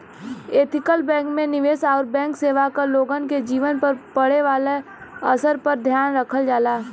ethical bank में निवेश आउर बैंक सेवा क लोगन के जीवन पर पड़े वाले असर पर ध्यान रखल जाला